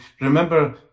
remember